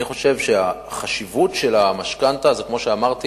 אני חושב שהחשיבות של המשכנתה זה כמו שאמרתי,